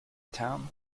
town